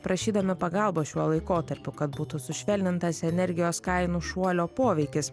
prašydami pagalbos šiuo laikotarpiu kad būtų sušvelnintas energijos kainų šuolio poveikis